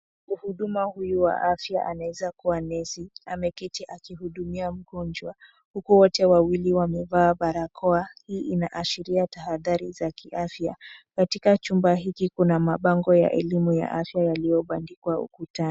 Mhudumu huyu wa afya anaweza kuwa nesi ameketi akihudumia mgonjwa huku wote wawili wamevaa barakoa. Hii inaashiria tahadhari za kiafya. Katika chumba hiki kuna mabango ya elimu ya afya yaliyobandikwa ukutani.